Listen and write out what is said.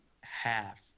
half